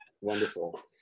Wonderful